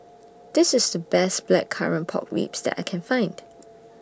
This IS The Best Blackcurrant Pork Ribs that I Can Find